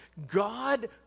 God